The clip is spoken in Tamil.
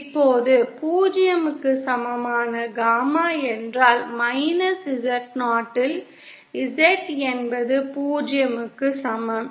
இப்போது 0 க்கு சமமான காமா என்றால் மைனஸ் Z0 இல் Z என்பது 0 க்கு சமம்